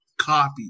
copy